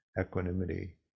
equanimity